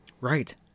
Right